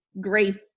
grief